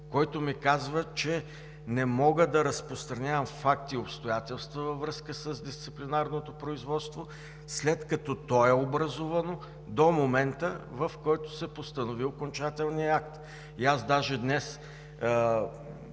който ми казва, че не мога да разпространявам факти и обстоятелства във връзка с дисциплинарното производство, след като то е образувано, до момента, в който се постанови окончателният акт. Аз даже днес